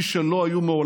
בהתיישבות.